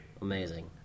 Amazing